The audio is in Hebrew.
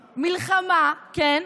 מלחמה, כן?